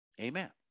amen